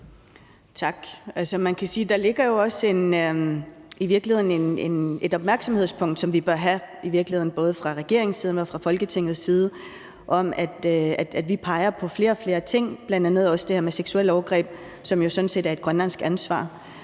også ligger et opmærksomhedspunkt, som vi bør have både fra regeringens side, men også fra Folketingets side, om, at vi peger på flere og flere ting, bl.a. også det her med seksuelle overgreb, som jo sådan set er et grønlandsk ansvar.